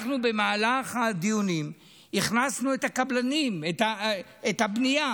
במהלך הדיונים הכנסנו את הקבלנים, את הבנייה,